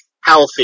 healthy